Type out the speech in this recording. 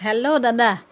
hello দাদা